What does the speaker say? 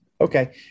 okay